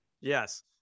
Yes